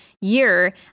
year